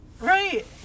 Right